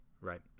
right